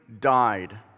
died